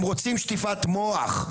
הם רוצים שטיפת מוח.